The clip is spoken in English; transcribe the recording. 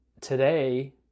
today